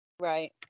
Right